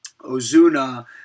Ozuna